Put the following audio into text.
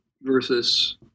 versus